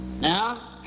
Now